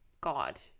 God